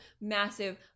massive